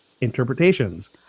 interpretations